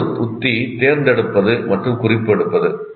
மற்றொரு உத்தி தேர்ந்தெடுப்பது மற்றும் குறிப்பு எடுப்பது